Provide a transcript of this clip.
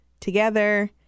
together